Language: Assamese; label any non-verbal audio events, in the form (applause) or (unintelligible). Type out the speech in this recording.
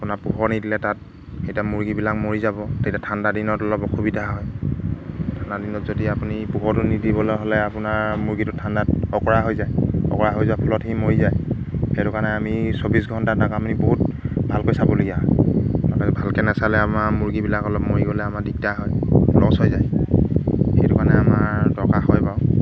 আপোনাৰ পোহৰ নিদিলে তাত এতিয়া মুৰ্গীবিলাক মৰি যাব তেতিয়া ঠাণ্ডা দিনত অলপ অসুবিধা হয় ঠাণ্ডা দিনত যদি আপুনি পোহৰটো নিদিবলৈ হ'লে আপোনাৰ মুৰ্গীটো ঠাণ্ডাত অঁকৰা হৈ যায় অঁকৰা হৈ যোৱাৰ ফলত সি মৰি যায় সেইটো কাৰণে আমি চৌবিছ ঘণ্টা তাক আমি বহুত ভালকৈ চাবলগীয়া হয় (unintelligible) ভালকৈ নেচালে আমাৰ মুৰ্গীবিলাক অলপ মৰি গ'লে আমাৰ দিগদাৰ হয় লছ হৈ যায় সেইটো কাৰণে আমাৰ দৰকাৰ হয় বাৰু